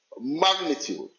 magnitude